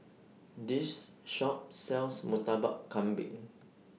This Shop sells Murtabak Kambing